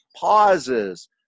pauses